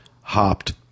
hopped